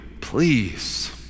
please